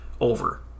over